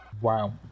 Wow